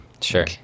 Sure